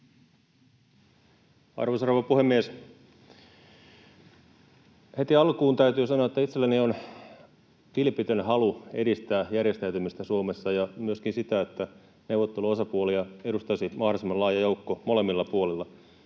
Arvoisa rouva puhemies! Heti alkuun täytyy sanoa, että itselläni on vilpitön halu edistää järjestäytymistä Suomessa ja myöskin sitä, että neuvotteluosapuolia edustaisi mahdollisimman laaja joukko molemmilla puolilla.